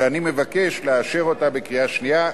ואני מבקש לאשר אותה בקריאה שנייה,